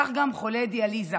כך גם חולה דיאליזה